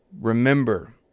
remember